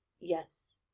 yes